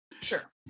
Sure